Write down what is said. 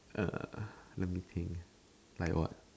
uh let me think like what